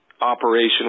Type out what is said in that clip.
operation